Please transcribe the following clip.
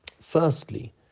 Firstly